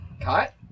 Cut